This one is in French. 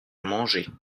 manger